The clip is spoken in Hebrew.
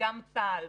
וגם צה"ל,